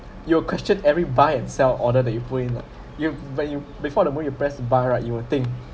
you will question every buy and sell order that you put in lah you but you before the move you press buy right you will think